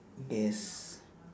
yes